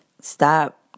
stop